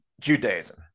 Judaism